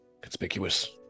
conspicuous